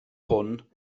hwn